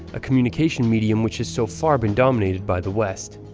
a communication medium which has so far been dominated by the west.